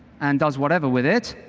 and does whatever with it,